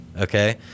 Okay